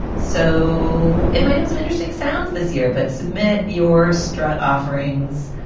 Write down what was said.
so it might have some interesting sounds this year. but submit your strutt offerings